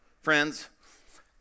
Friends